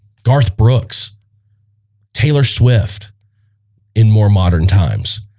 garth brooks taylor swift in more modern times